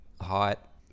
hot